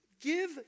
give